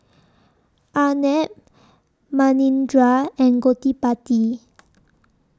Arnab Manindra and Gottipati